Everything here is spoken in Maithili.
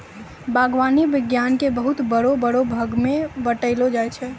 बागवानी विज्ञान के बहुते बड़ो बड़ो भागमे बांटलो जाय छै